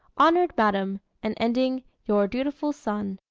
honored madam, and ending your dutiful son.